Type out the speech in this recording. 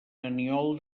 aniol